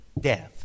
death